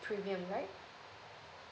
premium right